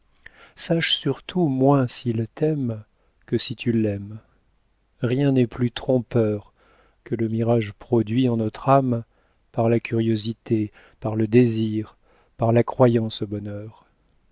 sache surtout moins s'il t'aime que si tu l'aimes rien n'est plus trompeur que le mirage produit en notre âme par la curiosité par le désir par la croyance au bonheur